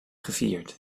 gevierd